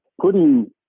putting